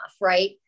right